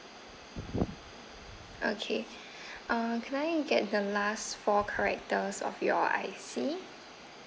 okay err can I get the last four characters of your I_C